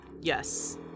Yes